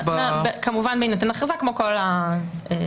כמובן בהינתן הכרזה, כמו כל התקנות.